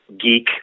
geek